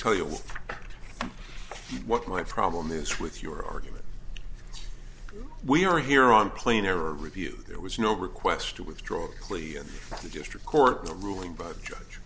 tell you what my problem is with your argument we are here on planar review there was no request to withdraw cleon the district court ruling by judge